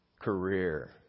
career